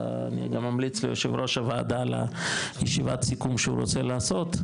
אני גם אמליץ ליושב ראש הוועדה על ישיבת הסיכום שהוא רוצה לעשות.